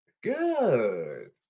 Good